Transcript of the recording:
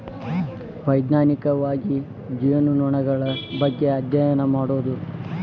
ವೈಜ್ಞಾನಿಕವಾಗಿ ಜೇನುನೊಣಗಳ ಬಗ್ಗೆ ಅದ್ಯಯನ ಮಾಡುದು